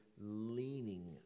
leaning